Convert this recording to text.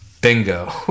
Bingo